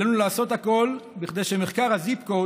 עלינו לעשות הכול כדי שמחקר ה-zip code